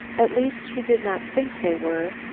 at least she did not think they were,